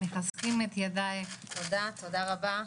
תודה רבה.